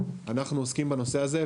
אנחנו עוסקים בנושא הזה,